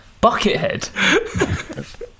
Buckethead